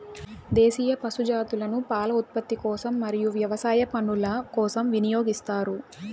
దేశీయ పశు జాతులను పాల ఉత్పత్తి కోసం మరియు వ్యవసాయ పనుల కోసం వినియోగిస్తారు